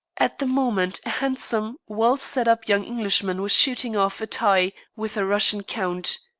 at the moment handsome, well-set-up young englishman was shooting off a tie with a russian count.